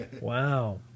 wow